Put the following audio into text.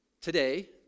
today